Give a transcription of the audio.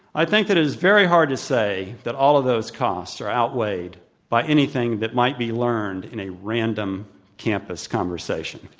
i think that it is very hard to say that all of those costs are outweighed by anything that might be learned in a random campus conversation.